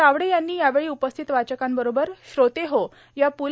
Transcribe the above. तावडे यांनी यावेळी उपस्थित वाचकांबरोबर श्रोतेहो या प्